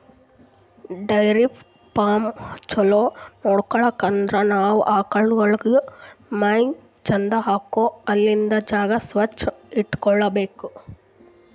dairy farm ಛಲೋ ನಡ್ಸ್ಬೇಕ್ ಅಂದ್ರ ನಾವ್ ಆಕಳ್ಗೋಳಿಗ್ ಮೇವ್ ಚಂದ್ ಹಾಕ್ಬೇಕ್ ಅಲ್ಲಿಂದ್ ಜಾಗ ಸ್ವಚ್ಚ್ ಇಟಗೋಬೇಕ್